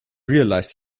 realised